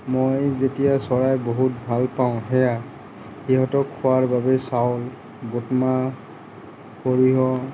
মই যেতিয়া চৰাই বহুত ভাল পাওঁ সেয়া সিহঁতক খোৱাৰ বাবে চাউল বুটমাহ সৰিয়হ